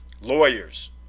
Lawyers